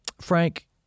Frank